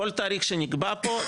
כל תאריך שנקבע פה,